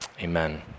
amen